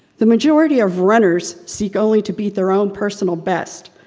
the majority of runners seek only to beat their own personal best.